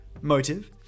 Motive